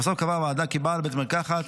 לבסוף קבעה הוועדה כי בעל בית מרקחת